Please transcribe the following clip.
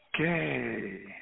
Okay